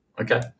Okay